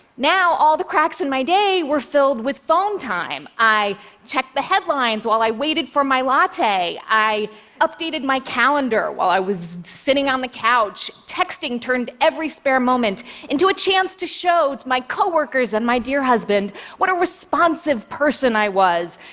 now all the cracks in my day were filled with phone time. i checked the headlines while i waited for my latte. i updated my calendar while i was sitting on the couch. texting turned every spare moment into a chance to show to my coworkers and my dear husband what a responsive person i was,